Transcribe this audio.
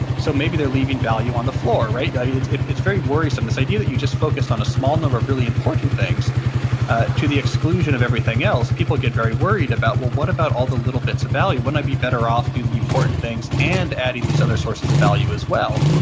so, maybe they're leaving value on the floor. it's it's very worrisome. this idea that you just focused on, a small number of really important things to the exclusion of everything else, people get very worried about, well, what about all the little bits of value? wouldn't i be better off doing the important things and adding these other sources of value as well?